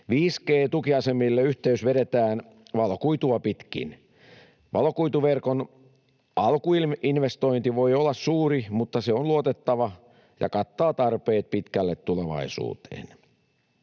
5G-tukiasemille yhteys vedetään valokuitua pitkin. Valokuituverkon alkuinvestointi voi olla suuri, mutta se on luotettava ja kattaa tarpeet pitkälle tulevaisuuteen.